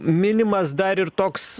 minimas dar ir toks